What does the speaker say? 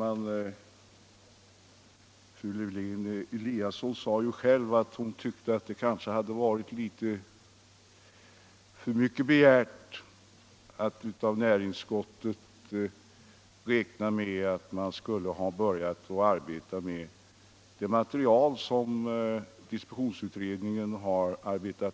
Fru talman! Fru Lewén-Eliasson tyckte att det väl var litet för mycket begärt att näringsutskottet skulle börjat arbeta med det material som distributionsutredningen — där